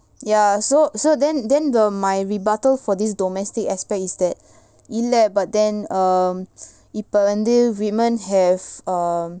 ya so so then then the my rebuttal for this domestic aspect is that இல்ல:illa but then um இப்ப:ippa women have um